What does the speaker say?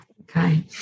Okay